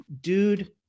dude